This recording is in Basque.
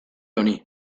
honi